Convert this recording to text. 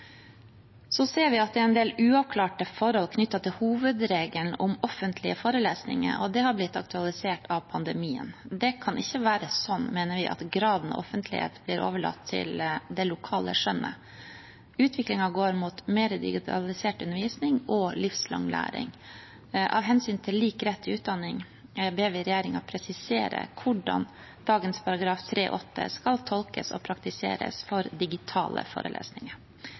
Så ser vi at det er en del uavklarte forhold knyttet til hovedregelen om offentlige forelesninger, og det har blitt aktualisert av pandemien. Det kan ikke være sånn, mener vi, at graden av offentlighet blir overlatt til det lokale skjønnet. Utviklingen går mot mer digitalisert undervisning og livslang læring. Av hensyn til lik rett til utdanning ber vi regjeringen presisere hvordan dagens § 3-8 skal tolkes og praktiseres for digitale forelesninger.